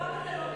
אתה אף פעם